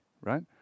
right